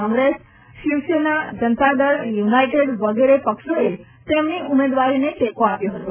Congress Shivsena Janata Dal United વગેરે પક્ષેએ તેમની ઉમેદવારીને ટેકો આપ્યો હતો